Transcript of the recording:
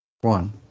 one